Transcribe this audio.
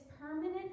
permanent